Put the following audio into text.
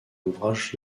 ouvrage